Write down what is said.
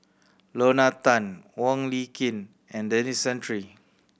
Lorna Tan Wong Lin Ken and Denis Santry